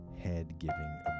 head-giving